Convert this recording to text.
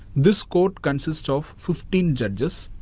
this court consists of fifteen judges.